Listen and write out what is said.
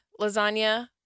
lasagna